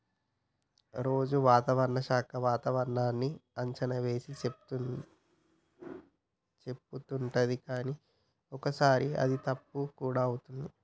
రోజు వాతావరణ శాఖ వాతావరణన్నీ అంచనా వేసి చెపుతుంటది కానీ ఒక్కోసారి అది తప్పు కూడా అవుతది